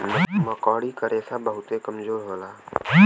मकड़ी क रेशा बहुते कमजोर होला